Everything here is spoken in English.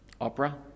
Opera